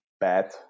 bad